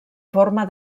forma